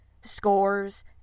Scores